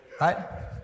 right